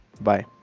bye